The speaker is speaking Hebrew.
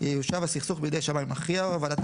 ייושב הסכסוך בידי שמאי מכריע או ועדת